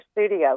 studio